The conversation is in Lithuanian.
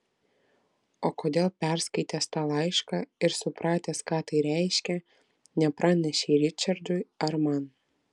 o kodėl perskaitęs tą laišką ir supratęs ką tai reiškia nepranešei ričardui ar man